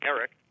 Eric